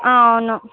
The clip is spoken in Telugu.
ఆ అవును